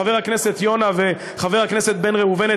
חבר הכנסת יונה וחבר הכנסת בן ראובן,